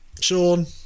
Sean